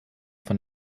von